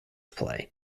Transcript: play